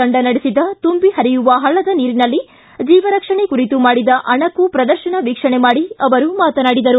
ತಂಡ ನಡೆಸಿದ ತುಂಬಿ ಪರಿಯುವ ಪಳ್ಳದ ನೀರಿನಲ್ಲಿ ಜೀವರಕ್ಷಣೆ ಕುರಿತು ಮಾಡಿದ ಅಣಕು ಪ್ರದರ್ಶನ ವೀಕ್ಷಣೆ ಮಾಡಿ ಅವರು ಮಾತನಾಡಿದರು